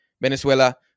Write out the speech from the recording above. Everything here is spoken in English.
Venezuela